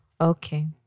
Okay